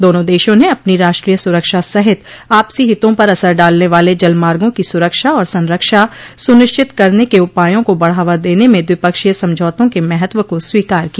दोनों देशों ने अपनी राष्ट्रीय सुरक्षा सहित आपसी हितों पर असर डालने वाले जल मार्गों की सुरक्षा और संरक्षा सुनिश्चित करने के उपायों को बढ़ावा देने में द्विपक्षीय समझौतों के महत्व को स्वीकार किया